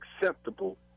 acceptable